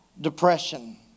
depression